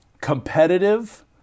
competitive